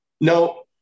no